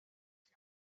che